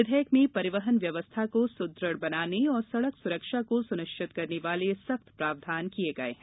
विधेयक में परिवहन व्यवस्था को सुदृढ बनाने एवं सडक सुरक्षा को सुनिश्चित करने वाले सख्त प्रावधान किए गये हैं